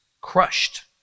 crushed